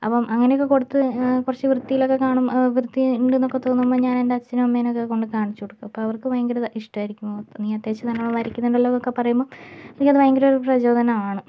അപ്പം അങ്ങനെയൊക്കെ കൊടുത്ത് കുറച്ച് വൃത്തിലൊക്കെ കാണുമ്പം വൃത്തിലൊക്കെ തോന്നുമ്പം ഞാൻ എൻ്റെ അച്ഛനേയും അമ്മനേയും ഒക്കെ കൊണ്ട് കാണിച്ചു കൊടുക്കും അപ്പം അവർക്ക് ഭയങ്കര ഇഷ്ടം ആയിരിക്കും നീ അത്യാവശ്യം നന്നായിട്ട് വരയ്ക്കുന്നുണ്ടല്ലോ എന്നൊക്കെ പറയുമ്പോൾ ഭയങ്കര പ്രചോദനമാണ്